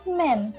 men